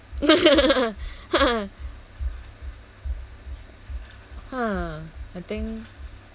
!huh! I think